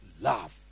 Love